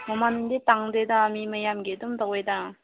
ꯃꯃꯟꯗꯤ ꯇꯥꯡꯗꯦꯗ ꯃꯤ ꯃꯌꯥꯝꯒꯤ ꯑꯗꯨꯝ ꯇꯧꯋꯤꯗ